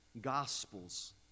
Gospels